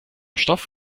stoff